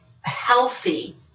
healthy